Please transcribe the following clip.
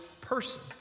person